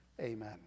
Amen